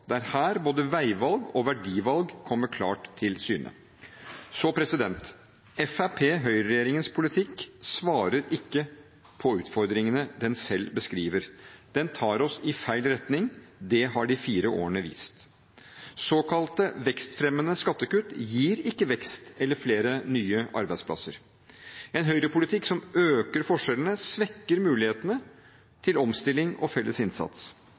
her både veivalg og verdivalg kommer klart til syne. Høyre–Fremskrittsparti-regjeringens politikk svarer ikke på utfordringene den selv beskriver. Den tar oss i feil retning. Det har de fire årene vist. Såkalt vekstfremmende skattekutt gir ikke vekst eller flere nye arbeidsplasser. En høyrepolitikk som øker forskjellene, svekker mulighetene til omstilling og felles innsats.